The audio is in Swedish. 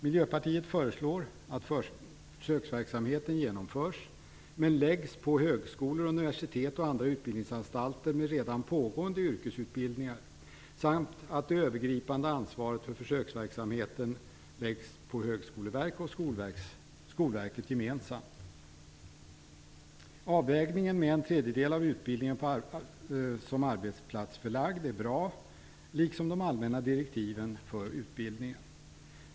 Miljöpartiet föreslår att försöksverksamheten genomförs, men läggs på högskolor, universitet och andra utbildningsanstalter med redan pågående yrkesutbildningar samt att det övergripande ansvaret för försöksverksamheten läggs på Högskoleverket och Avvägningen med att en tredjedel av utbildningen skall vara arbetsplatsförlagd är bra, liksom de allmänna direktiven för utbildningen.